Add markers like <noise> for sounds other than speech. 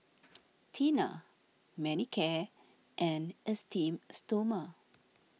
<noise> Tena Manicare and Esteem Stoma